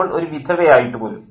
അവൾ ഒരു വിധവ ആയിട്ടു പോലും